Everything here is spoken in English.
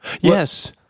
Yes